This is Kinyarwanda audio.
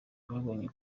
babonye